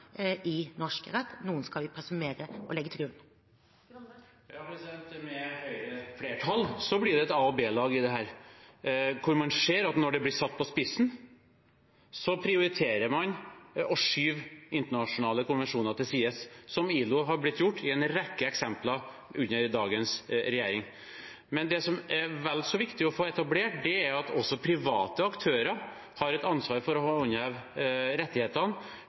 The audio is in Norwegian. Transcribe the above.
i norsk rett. Noen skal vi presumere og legge til grunn. Med Høyre-flertall blir det et a- og b-lag i dette, hvor man ser at når det blir satt på spissen, prioriterer man å skyve internasjonale konvensjoner til side, som ILO har blitt gjort i en rekke eksempler under dagens regjering. Men det som er vel så viktig å få etablert, er at også private aktører har et ansvar for å håndheve rettighetene